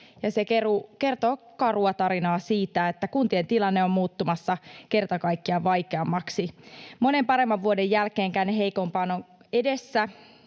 se kertoo karua tarinaa siitä, että kuntien tilanne on muuttumassa kerta kaikkiaan vaikeammaksi. Monen paremman vuoden jälkeen heikompaa on edessä.